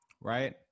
Right